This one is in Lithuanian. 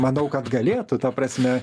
manau kad galėtų ta prasme